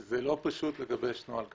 זה לא פשוט לגבש נוהל כזה.